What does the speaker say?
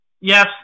Yes